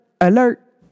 alert